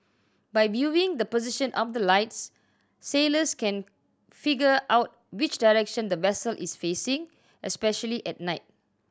by viewing the position of the lights sailors can figure out which direction the vessel is facing especially at night